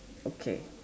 okay